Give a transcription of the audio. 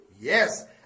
yes